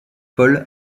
paul